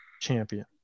champion